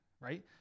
right